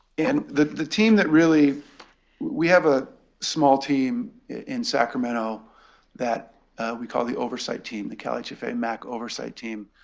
and the the team that really we have a small team in sacramento that we call the oversight team, the calhfa mac oversight team,